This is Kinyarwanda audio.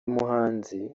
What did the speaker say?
muhanzi